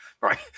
right